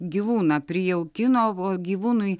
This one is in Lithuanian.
gyvūną prijaukino o gyvūnui